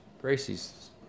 Gracie's